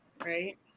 Right